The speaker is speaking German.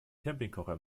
campingkocher